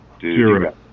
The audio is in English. zero